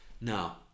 Now